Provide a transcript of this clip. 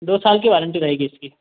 दो साल की वारंटी रहेगी इसकी